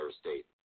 State